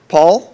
Paul